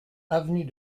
avenue